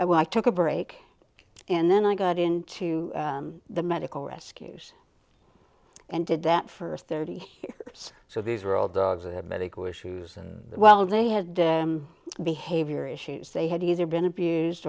into i took a break and then i got into the medical rescues and did that for thirty years so these are all dogs that had medical issues and while they had the behavior issues they had either been abused